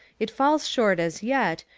it falls short as yet,